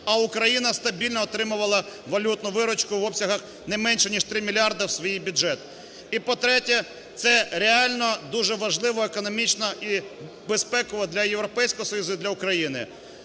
а Україна стабільно отримувала валютну виручку в обсягах не менше ніж 3 мільярда в свій бюджет. І, по-третє, це реально дуже важливо економічно і безпеково для Європейського Союзу і для України.